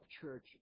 church